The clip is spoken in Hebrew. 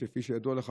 שכפי שידוע לך,